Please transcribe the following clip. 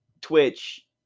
Twitch